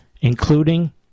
including